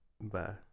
Bye